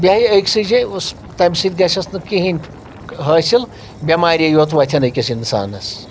بِہٚیہِ أکِسٕے جایہِ اُس تمہِ سۭتۍ گژھؠس نہٕ کِہیٖنۍ حٲصِل بؠمارے یوٚت وۄتھن أکِس اِنسانَس